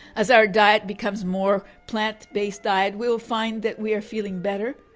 as our diet becomes more plant-based diet, we will find that we are feeling better,